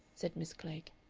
said miss klegg.